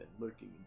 lurking